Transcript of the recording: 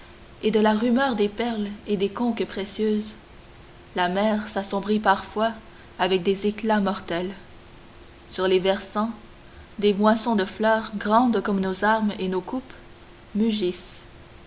et de la rumeur des perles et des conques précieuses la mer s'assombrit parfois avec des éclats mortels sur les versants des moissons de fleurs grandes comme nos armes et nos coupes mugissent